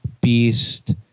Beast